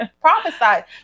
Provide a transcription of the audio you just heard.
prophesied